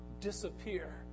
Disappear